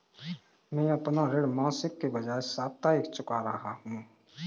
मैं अपना ऋण मासिक के बजाय साप्ताहिक चुका रहा हूँ